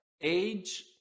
age